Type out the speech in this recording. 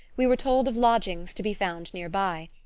we were told of lodgings to be found near by.